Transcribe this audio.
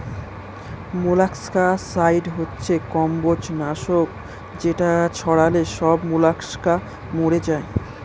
molluscicide হচ্ছে কম্বোজ নাশক যেটা ছড়ালে সব মোলাস্কা মরে যায়